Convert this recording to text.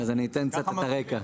אני אתן קצת רקע.